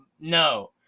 no